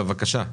בבקשה,